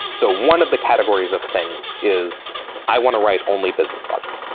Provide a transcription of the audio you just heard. so one of the categories of thing is i want to write only business logic.